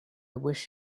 wish